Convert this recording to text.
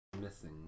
Missing